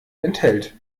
enthält